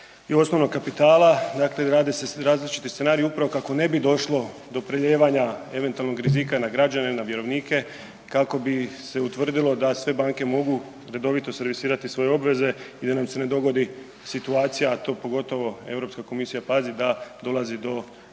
osnovnog kapitala dakle rade se različiti scenarij upravo kako ne bi došlo do prelijevanja eventualnog rizika na građane na vjerovnike, kako bi se utvrdilo da sve banke mogu redovito servisirati svoje obveze i da nam se ne dogodi situacija, a to pogotovo Europska komisija pazi da dolazi do bilo